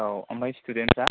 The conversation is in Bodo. औ ओमफ्राय स्तुदेन्थफ्रा